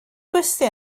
gwesty